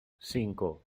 cinco